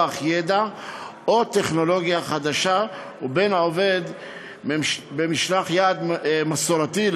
ידע או בטכנולוגיה חדשה לבין עובד ממשלח יד מסורתי,